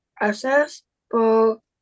Accessible